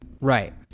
Right